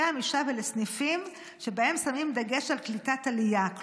אלה סניפים שבהם שמים דגש על קליטת עלייה.